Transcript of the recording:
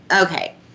Okay